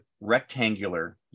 rectangular